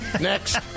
Next